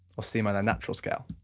or c minor natural scale